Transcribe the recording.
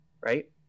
right